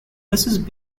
mrs